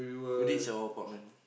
reach our apartment